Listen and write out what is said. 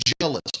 jealous